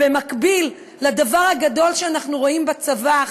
במקביל לדבר הגדול שאנחנו רואים בצבא,